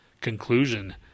Conclusion